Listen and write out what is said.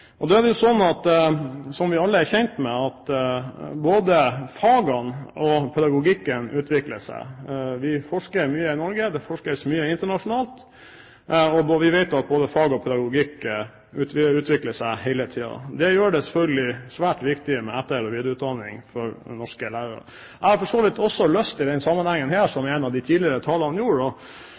og pedagogikken utvikler seg. Vi forsker mye i Norge, det forskes mye internasjonalt, og vi vet at både fag og pedagogikk utvikler seg hele tiden. Det gjør det svært viktig med etter- og videreutdanning for norske lærere. Jeg har for så vidt i denne sammenhengen også lyst til å si, som en av de tidligere talerne gjorde, at initiativet som nå er kommet fra departementets side, og